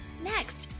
next,